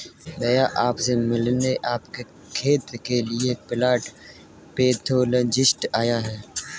भैया आप से मिलने आपके खेत के लिए प्लांट पैथोलॉजिस्ट आया है